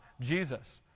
Jesus